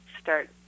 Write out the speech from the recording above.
start